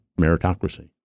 meritocracy